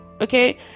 okay